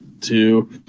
two